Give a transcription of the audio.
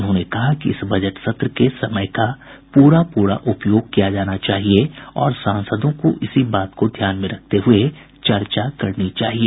उन्होंने कहा कि इस बजट सत्र के समय का पूरा पूरा उपयोग किया जाना चाहिए और सांसदों को इसी बात को ध्यान में रखते हुए चर्चा करनी चाहिए